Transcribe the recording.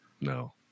No